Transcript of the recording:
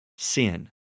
sin